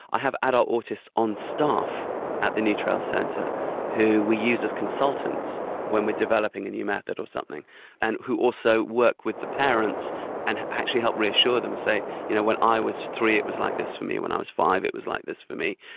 i have adult autists on staff at the new trails centre who we use as consultants when we are developing a and new method or something and who also work with the parents and actually help reassure them, say, you know, when i was three it was like this for me, when i was five it was like this for me.